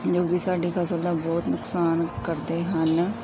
ਜੋ ਕਿ ਸਾਡੀ ਫਸਲ ਦਾ ਬਹੁਤ ਨੁਕਸਾਨ ਕਰਦੇ ਹਨ